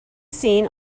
seen